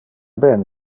ben